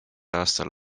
aastal